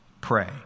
pray